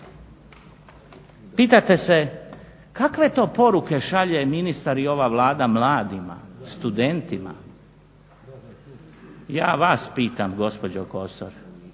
Pitate se kakve to poruke šalje ministar i ova Vlada mladima, studentima. Ja vas pitam gospođo Kosor